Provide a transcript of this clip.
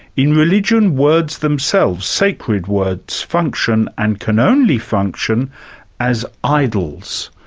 in religion words themselves, sacred words, function and can only function as idols.